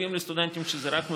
ומתחייבים לסטודנטים שזה רק מקוון,